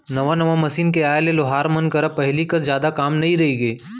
नवा नवा मसीन के आए ले लोहार मन करा पहिली कस जादा काम नइ रइगे